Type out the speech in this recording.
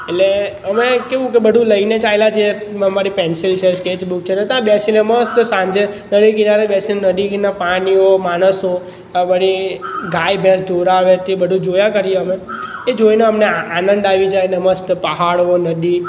એટલે અમે કેવું બધું લઈને ચાલ્યા જઈએ મારી પેન્સિલ છે સ્કેચબુક છે તો ત્યાં બેસીને મસ્ત સાંજે નદી કિનારે બેસીને નદી કીના પાણીઓ માણસો કાં પછી ગાય ભેંસ ધોવરાવે એ બધું જોયા કરીએ અમે એ જોઈને અમને આનંદ આવી જાય અને મસ્ત પહાડો નદી